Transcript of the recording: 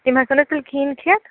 تِم ہٮ۪کو نہٕ حظ تیٚلہِ کہیٖنۍ کھٮ۪تھ